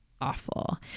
awful